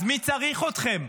אז מי צריך אתכם,